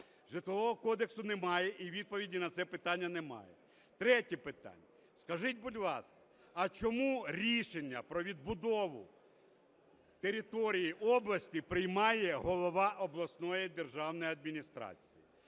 Житлового кодексу немає і відповіді на це питання немає. Третє питання. Скажіть, будь ласка, а чому рішення про відбудову території області приймає голова обласної державної адміністрації?